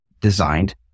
designed